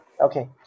Okay